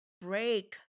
break